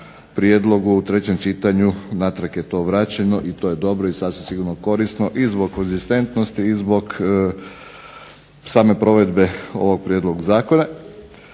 u trećem čitanju natrag je to vraćeno i to je dobro i sasvim sigurno korisno i zbog konzistentnosti i zbog same provedbe ovog prijedloga zakona.